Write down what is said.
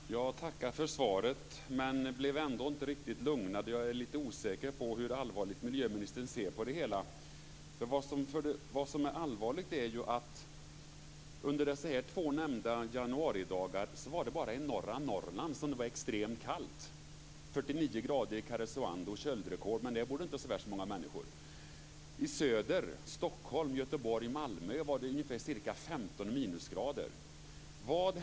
Fru talman! Jag tackar för svaret men blev ändå inte riktigt lugnad, för jag är lite osäker på hur allvarligt miljöministern ser på det hela. Vad som är allvarligt är att det under de två nämnda januaridagarna var extremt kallt bara i norra Norrland, 49 minusgrader i Karesuando. Det är köldrekord, men där bor det inte så värst många människor. I söder - Stockholm, Göteborg, Malmö - var det ungefär 15 minusgrader.